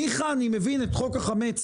ניחא, אני מבין את חוק החמץ.